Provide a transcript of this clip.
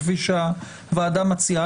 כפי שהוועדה מציעה?